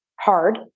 Hard